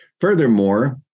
Furthermore